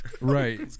Right